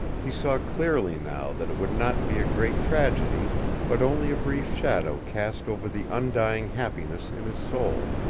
he saw clearly now that it would not be a great tragedy but only a brief shadow cast over the undying happiness in his soul.